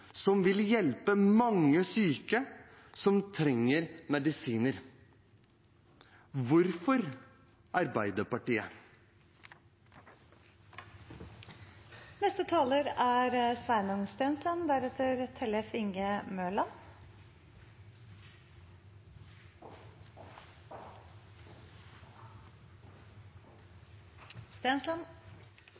som vil hjelpe mange syke folk som trenger medisiner. Hvorfor,